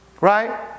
Right